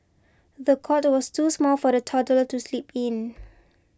the cot was too small for the toddler to sleep in